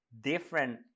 different